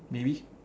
maybe